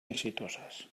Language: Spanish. exitosas